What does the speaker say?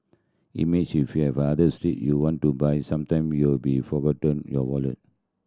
imagine if you're the street you want to buy something will be forgotten your wallet